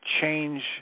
change